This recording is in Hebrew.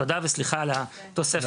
תודה וסליחה על התוספת.